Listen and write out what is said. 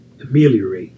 ameliorate